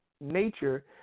nature